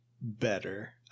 better